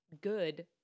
good